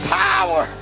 power